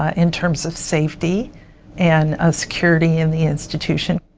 ah in terms of safety and ah security in the institution.